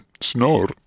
snore